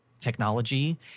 Technology